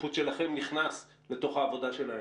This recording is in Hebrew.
האינפוט שלכם נכנס לתוך העבודה שלהם?